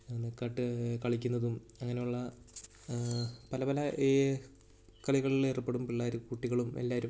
കളിക്കുന്നതും അങ്ങനെയുള്ള പല പല കളികളിലേർപ്പെടും പിള്ളേർ കുട്ടികളും എല്ലാവരും